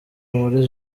muri